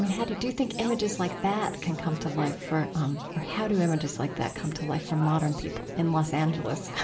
how do do you think images like that can come to life for um or how do images like that come to life for modern people in los angeles?